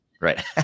Right